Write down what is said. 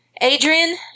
Adrian